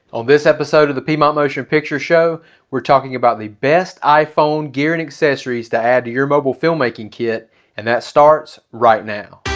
on this episode of the piedmont motion picture show we're talking about the best iphone gear and accessories to add to your mobile filmmaking kit and that starts right now